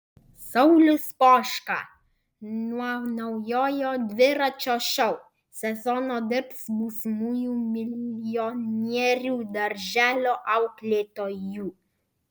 saulius poška nuo naujojo dviračio šou sezono dirbs būsimųjų milijonierių darželio auklėtoju